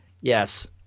Yes